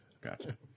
gotcha